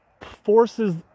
forces